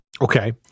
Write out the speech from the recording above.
Okay